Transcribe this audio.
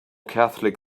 catholic